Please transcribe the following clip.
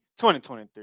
2023